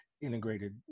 integrated